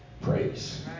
praise